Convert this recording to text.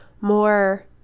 more